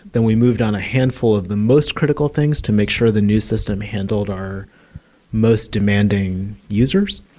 then we moved on a handful of the most critical things to make sure the new system handled our most demanding users,